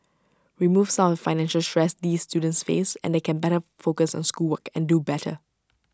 remove some of financial stress these students face and they can better focus on schoolwork and do better